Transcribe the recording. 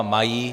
Mají.